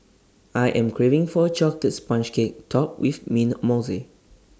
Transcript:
I am craving for A Chocolate Sponge Cake Topped with Mint Mousse